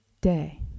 day